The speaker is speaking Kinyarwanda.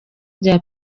rya